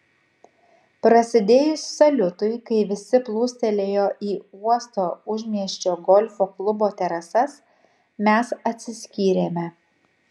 prasidėjus saliutui kai visi plūstelėjo į uosto užmiesčio golfo klubo terasas mes atsiskyrėme